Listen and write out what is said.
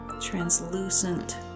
Translucent